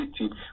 city